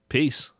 Peace